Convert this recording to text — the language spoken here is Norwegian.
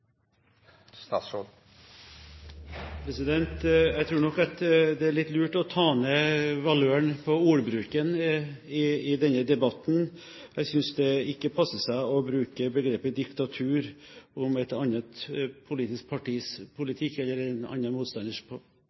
lurt å dempe valøren på ordbruken i denne debatten. Jeg synes ikke det passer seg å bruke begrepet «diktatur» om et annet politisk partis politikk eller en motstanders